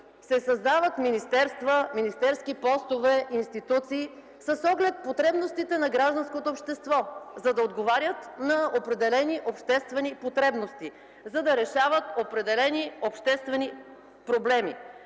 се създават министерства, министерски постове, институции, с оглед потребностите на гражданското общество, за да отговарят на определени обществени потребности, за да решават определени обществени проблеми.